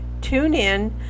TuneIn